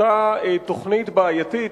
אותה תוכנית בעייתית,